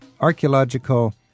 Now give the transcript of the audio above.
archaeological